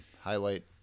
highlight